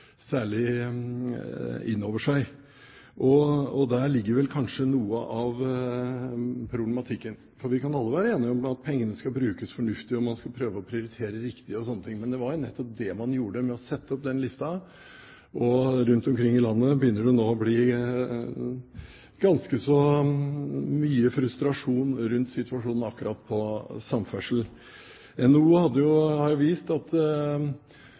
særlig inn over seg, og der ligger vel kanskje noe av problematikken: For vi kan alle være enige om at pengene skal brukes fornuftig, og at man skal prøve å prioritere riktig, men det var jo nettopp det man gjorde ved å sette opp denne lista. Rundt omkring i landet begynner det nå å bli ganske så mye frustrasjon